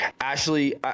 Ashley